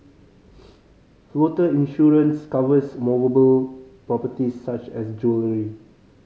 floater insurance covers movable properties such as jewellery